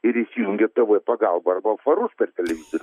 ir įsijungia tv pagalbą arba farus per televiziją